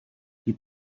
qui